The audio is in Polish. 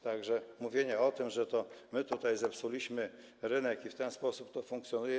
Tak że mówienie o tym, że to my zepsuliśmy rynek i w ten sposób to funkcjonuje.